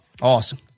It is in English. Awesome